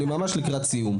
אני ממש לקראת סיום.